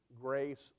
Grace